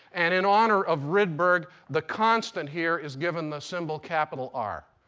and in honor of rydberg, the constant here is given the symbol, capital r.